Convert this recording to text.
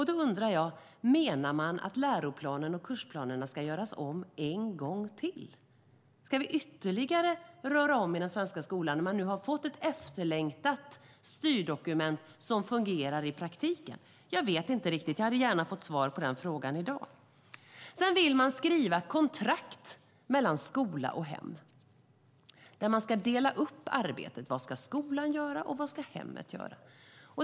Då undrar jag: Menar man att läroplanen och kursplanerna ska göras om en gång till? Ska vi röra om ytterligare i den svenska skolan när de nu har fått ett efterlängtat styrdokument som fungerar i praktiken? Jag vet inte riktigt. Jag hade gärna fått svar på den frågan i dag. Man vill också skriva ett kontrakt mellan skola och hem där arbetet ska delas upp i vad skolan ska göra och vad hemmet ska göra.